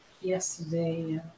yesterday